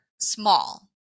small